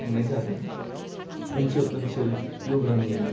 खुंनाय जादों ओनसोल ओनसोल य'गानि